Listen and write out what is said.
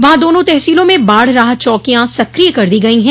वहां दोनों तहसीलों में बाढ़ राहत चौकियां सक्रिय कर दी गयी हैं